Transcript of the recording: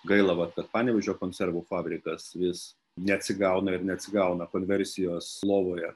gaila vat kad panevėžio konservų fabrikas vis neatsigauna ir neatsigauna konversijos lovoje